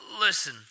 listen